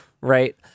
Right